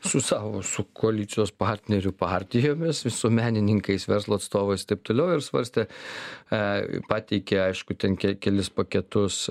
su savo su koalicijos partnerių partijomis visuomenininkais verslo atstovais taip toliau ir svarstė pateikė aišku ten kelis paketus